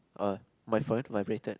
uh my friend vibrated